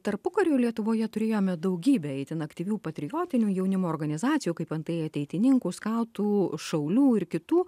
tarpukario lietuvoje turėjome daugybę itin aktyvių patriotinių jaunimo organizacijų kaip antai ateitininkų skautų šaulių ir kitų